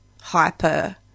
hyper